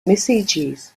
messages